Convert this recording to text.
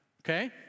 Okay